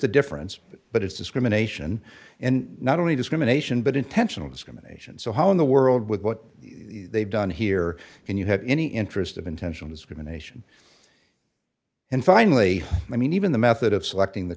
a difference but it's discrimination and not only discrimination but intentional discrimination so how in the world with what they've done here can you have any interest of intentional discrimination and finally i mean even the method of selecting th